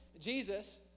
Jesus